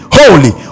holy